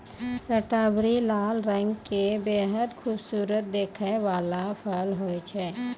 strawberry लाल रंग के बेहद खूबसूरत दिखै वाला फल होय छै